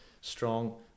Strong